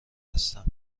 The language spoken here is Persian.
هستم